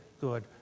good